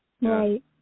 Right